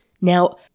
Now